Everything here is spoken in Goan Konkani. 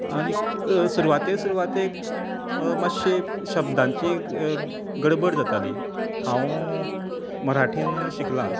आनीक सुरवातेक सुरवाते मात्शें शब्दांची गडबड जाताली हांव मराठीन शिकलां